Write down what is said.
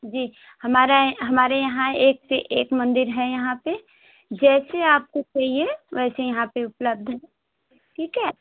जी हमारा हमारे यहाँ एक से एक मंदिर है यहाँ पर जैसे आपको चाहिए वैसे यहाँ पर उपलब्ध हैं ठीक है